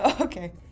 Okay